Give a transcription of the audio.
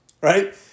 right